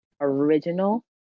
original